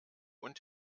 und